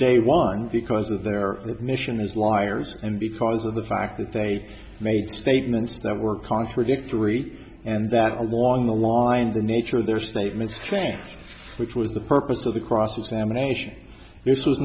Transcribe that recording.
day one because of their mission as liars and because of the fact that they made statements that were contradictory and that along the line the nature of their statements which was the purpose of the cross examination this was